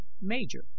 Major